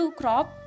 crop